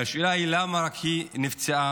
והשאלה היא למה רק היא נפצעה,